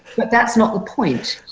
but that's not the point.